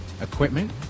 equipment